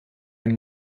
ein